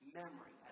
memory